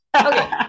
okay